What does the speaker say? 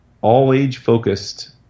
all-age-focused